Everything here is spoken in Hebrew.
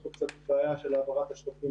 השקף מדבר על איך אנחנו רואים התמודדות עם פנדמיה.